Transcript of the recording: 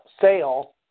sale